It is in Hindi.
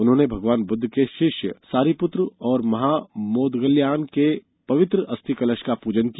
उन्होंने भगवान बुद्ध के शिष्य सारिपूत्र और महामोदग्लायन के पवित्र अस्थि कलश का पूजन किया